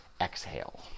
exhale